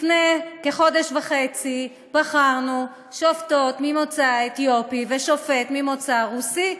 לפני כחודש וחצי בחרנו שופטות ממוצא אתיופי ושופט ממוצא רוסי,